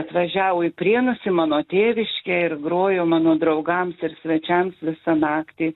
atvažiavo į prienus į mano tėviškę ir grojo mano draugams ir svečiams visą naktį